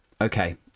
Okay